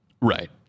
right